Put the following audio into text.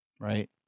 Right